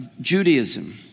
Judaism